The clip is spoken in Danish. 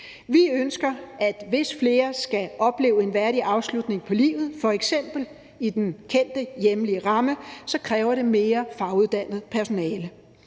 opfyldt, og hvis flere skal opleve en værdig afslutning på livet, f.eks. i den kendte hjemlige ramme, så kræver det mere faguddannet personale.